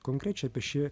konkrečiai apie šį